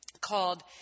called